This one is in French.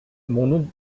mon